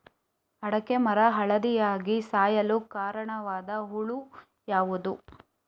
ಅಡಿಕೆ ಮರ ಹಳದಿಯಾಗಿ ಸಾಯಲು ಕಾರಣವಾದ ಹುಳು ಯಾವುದು?